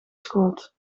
schoot